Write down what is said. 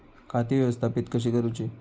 खाती व्यवस्थापित कशी करूची?